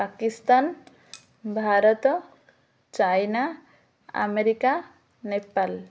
Pakistan Bharat China America Nepal